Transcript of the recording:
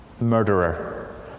murderer